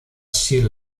sea